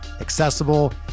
accessible